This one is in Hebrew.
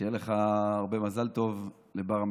שיהיה לך הרבה מזל טוב לבר-המצווה.